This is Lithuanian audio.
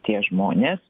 tie žmonės